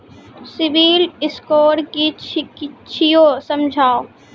Civil score कि छियै समझाऊ?